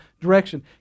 direction